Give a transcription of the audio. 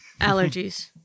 Allergies